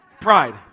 Pride